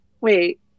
Wait